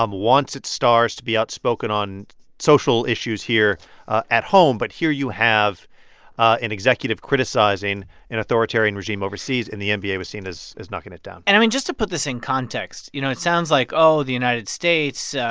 um wants its stars to be outspoken on social issues here at home. but here you have an executive criticizing an authoritarian regime overseas, and the and nba was seen as as knocking it down and, i mean, just to put this in context, you know, it sounds like, oh, the united states,